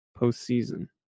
postseason